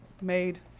made